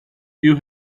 you